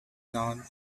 known